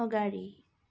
अगाडि